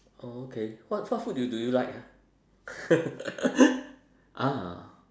oh okay what what food do you like ah ah